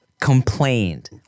complained